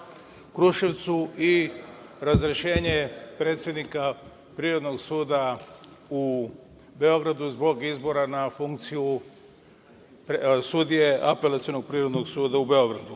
Kruševcu i razrešenje predsednika Privrednog suda u Beogradu zbog izbora na funkciju sudije Apelacionog privrednog suda u Beogradu.